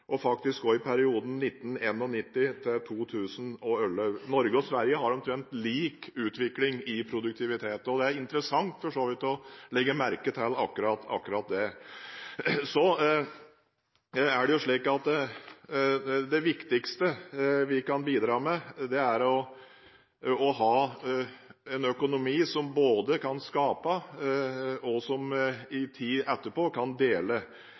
og også i perioden 1991–2011. Norge og Sverige har omtrent lik utvikling i produktivitet. Det er interessant – for så vidt – å legge merke til akkurat det. Det viktigste vi kan bidra med, er å ha en økonomi som kan skape, og som – en tid etterpå – kan dele.